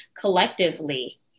collectively